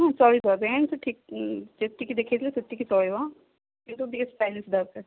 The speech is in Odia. ହଁ ଚଳିବ ରେଞ୍ଜ୍ ଠିକ୍ ଯେତିକି ଦେଖେଇଥିଲେ ସେତିକି ଚଳିବ କିନ୍ତୁ ଟିକିଏ ଷ୍ଟାଇଲିସ୍ ଦରକାର